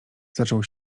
zaczął